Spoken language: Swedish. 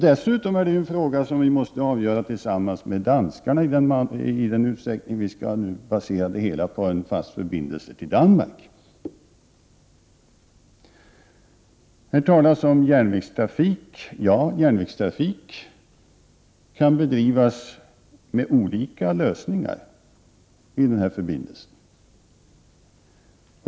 Dessutom är detta en fråga som vi måste avgöra tillsammans med danskarna, i den mån vi skall basera våra ställningstaganden på en fast förbindelse till Danmark. Här talas om järnvägstrafik. Ja, järnvägstrafik kan bedrivas med olika lösningar i den här förbindelsen.